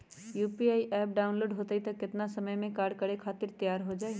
UPI app download होई त कितना समय मे कार्य करे खातीर तैयार हो जाई?